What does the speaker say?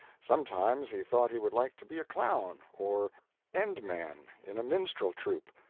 sometimes he thought he would like to be a clown, or end man in a minstrel troupe.